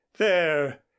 There